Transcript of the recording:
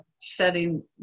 setting